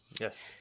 Yes